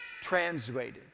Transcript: Translated